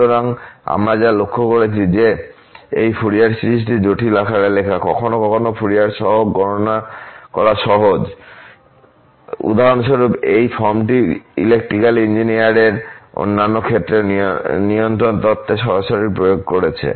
সুতরাং আমরা যা লক্ষ্য করেছি যে এই ফুরিয়ার সিরিজটি জটিল আকারে লেখা কখনও কখনও ফুরিয়ার সহগ গণনা করা সহজ উদাহরণস্বরূপ এবং এই ফর্মটি ইলেক্ট্রিক্যাল ইঞ্জিনিয়ারিং এর অন্যান্য ক্ষেত্রেও নিয়ন্ত্রণ তত্ত্বে সরাসরি প্রয়োগ করেছে